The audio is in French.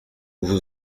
vous